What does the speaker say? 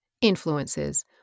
influences